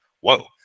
whoa